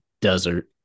desert